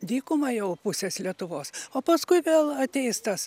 dykumą jau pusės lietuvos o paskui vėl ateis tas